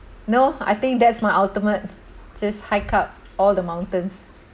no I think that's my ultimate just hike up all the mountains